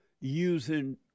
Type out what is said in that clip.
using